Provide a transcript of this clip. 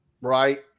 right